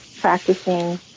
practicing